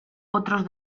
otros